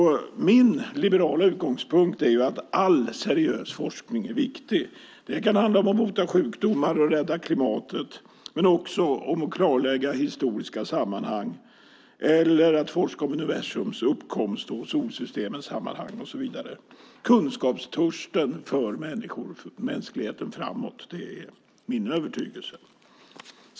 Min liberala utgångspunkt är att all seriös forskning är viktig. Det kan handla om att bota sjukdomar och rädda klimatet men också om att klarlägga historiska sammanhang eller om att forska om universums uppkomst, solsystemens sammanhang och så vidare. Kunskapstörsten för mänskligheten framåt. Det är min övertygelse.